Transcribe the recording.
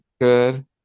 good